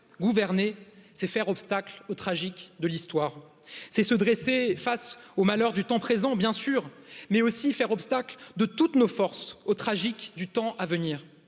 gouverner, c'est faire obstacle au tragique de l'histoire, c'est se dresser face aux malheurs du temps présent, bien sûr, mais aussi faire obstacle de toutes nos forces aux tragiques du temps à venir